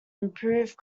improve